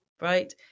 right